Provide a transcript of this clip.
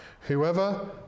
Whoever